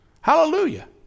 Hallelujah